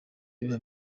biba